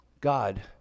god